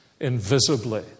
invisibly